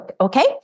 Okay